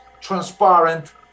transparent